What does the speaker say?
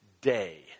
day